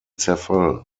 zerfall